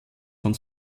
von